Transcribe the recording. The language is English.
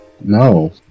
No